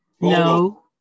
No